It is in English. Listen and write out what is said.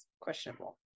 questionable